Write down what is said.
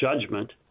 judgment